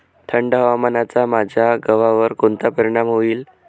थंड हवामानाचा माझ्या गव्हावर कोणता परिणाम होईल?